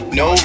no